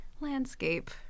landscape